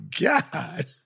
God